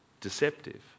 deceptive